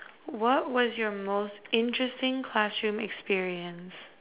what what is your most interesting classroom experience